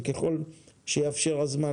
וככל שיאפשר הזמן,